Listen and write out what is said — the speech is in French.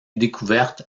découverte